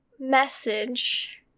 message